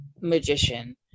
magician